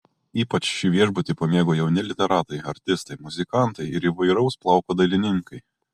ypač šį viešbutį pamėgo jauni literatai artistai muzikantai ir įvairaus plauko dailininkai